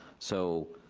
so